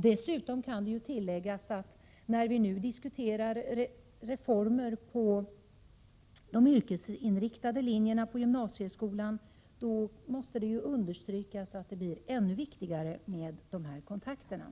| Dessutom kan tilläggas att det, när vi nu diskuterar reformer av de yrkesinriktade linjerna på gymnasieskolan, blir ännu viktigare med dessa kontakter.